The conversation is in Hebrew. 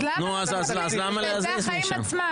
אז למה לא מטפלים בזה, זה החיים עצמם.